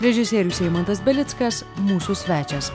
režisierius eimantas belickas mūsų svečias